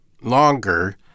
longer